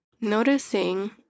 noticing